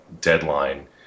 deadline